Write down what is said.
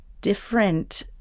different